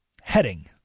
heading